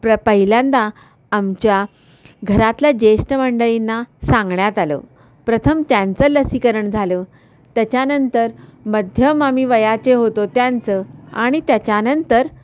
प्र पहिल्यांदा आमच्या घरातल्या ज्येष्ठ मंडळींना सांगण्यात आलं प्रथम त्यांचं लसीकरण झालं त्याच्यानंतर मध्यम आम्ही वयाचे होतो त्यांचं आणि त्याच्यानंतर